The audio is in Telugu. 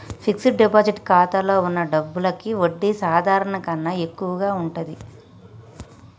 ఫిక్స్డ్ డిపాజిట్ ఖాతాలో వున్న డబ్బులకి వడ్డీ సాధారణం కన్నా ఎక్కువగా ఉంటది